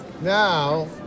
Now